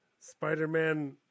Spider-Man